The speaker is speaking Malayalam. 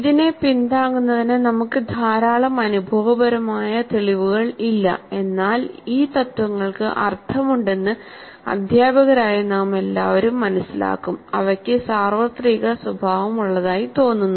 ഇതിനെ പിന്താങ്ങുന്നതിന് നമുക്ക് ധാരാളം അനുഭവപരമായ തെളിവുകൾ ഇല്ല എന്നാൽ ഈ തത്ത്വങ്ങൾക്ക് അർത്ഥമുണ്ടെന്ന് അധ്യാപകരായ നാമെല്ലാവരും മനസ്സിലാക്കും അവക്ക് സാർവത്രിക സ്വഭാവമുള്ളതായി തോന്നുന്നു